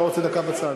אתה רוצה דקה מהצד?